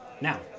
Now